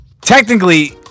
Technically